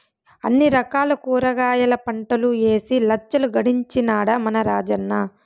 అన్ని రకాల కూరగాయల పంటలూ ఏసి లచ్చలు గడించినాడ మన రాజన్న